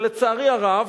לצערי הרב,